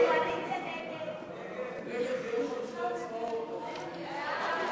ההצעה להסיר מסדר-היום